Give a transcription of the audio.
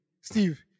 Steve